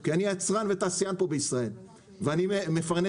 כי אני יצרן ותעשיין פה בישראל ואני מפרנס